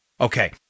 Okay